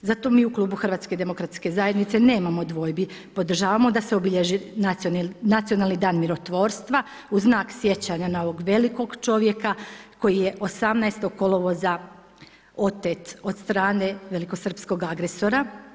Zato mi u klubu HDZ-a nemamo dvojbi, podržavamo da se obilježi nacionalni dan mirotvorstva u znak sjećanja na ovog velikog čovjeka koji je 18. kolovoza otet od strane velikosrpskog agresora.